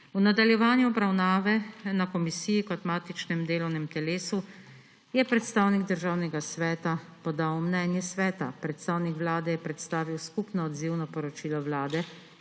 V nadaljevanju obravnave na komisiji kot matičnem delovnem telesu je predstavnik Državnega sveta podal mnenje Sveta, predstavnik Vlade je predstavil skupno odzivno poročilo Vlade,